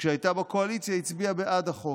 וכשהייתה בקואליציה, הצביעה בעד החוק.